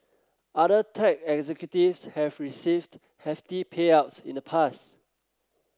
other tech executives have received hefty payouts in the past